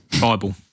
Bible